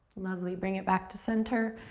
lovely, bring it back to center.